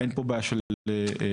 אין פה בעיה של הצבה,